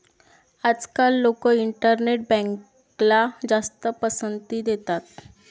आजकाल लोक इंटरनेट बँकला जास्त पसंती देतात